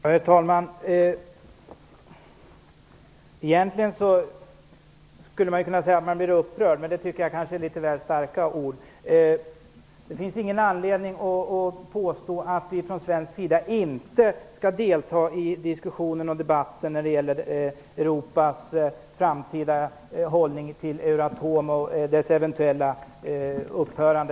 Herr talman! Egentligen skulle jag kunna säga att jag blir upprörd, men jag tycker att ordet är litet väl starkt. Det finns ingen anledning att påstå att Sverige inte skall delta i diskussionen och debatten om Europas framtida hållning till Euratom och dess eventuella upphörande.